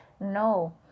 No